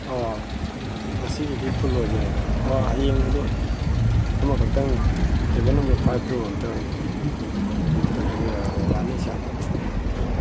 ꯑꯥ ꯉꯁꯤꯒꯤꯗꯤ ꯐꯨꯜ ꯑꯣꯏꯖꯔꯦ ꯑꯣ ꯍꯌꯦꯡ ꯑꯗꯨ ꯑꯃꯈꯛꯇꯪ ꯇꯦꯕꯜ ꯅꯝꯕ꯭ꯔ ꯐꯥꯏꯚꯇꯣ ꯑꯝꯇ ꯕꯨꯛ ꯇꯧꯖꯒꯦ ꯌꯥꯒꯗ꯭ꯔꯥ ꯌꯥꯅꯤ ꯁꯥꯔ